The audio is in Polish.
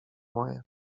moje